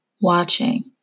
watching